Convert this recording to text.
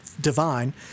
divine